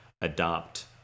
adopt